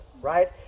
right